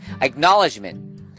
Acknowledgement